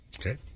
Okay